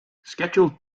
scheduled